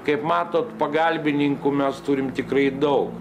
kaip matot pagalbininkų mes turim tikrai daug